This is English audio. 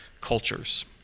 cultures